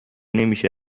نمیشه